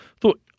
thought